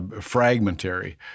fragmentary